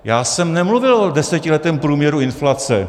Já jsem nemluvil o desetiletém průměru inflace.